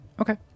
Okay